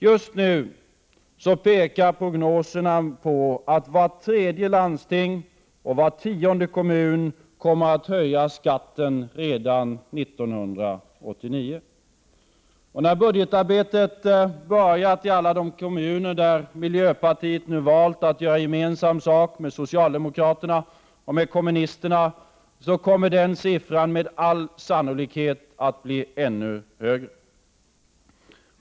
Just nu pekar prognoserna på att vart tredje landsting och var tionde kommun kommer att höja skatten redan 1989. När budgetarbetet börjat i alla de kommuner där miljöpartiet valt att göra gemensam sak med socialdemokraterna och med kommunisterna kommer den siffran med all sannolikhet att bli ännu större.